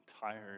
tired